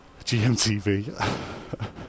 GMTV